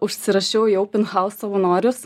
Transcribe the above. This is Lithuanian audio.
užsirašiau į open house savanorius